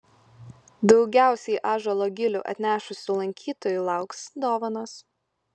daugiausiai ąžuolo gilių atnešusių lankytojų lauks dovanos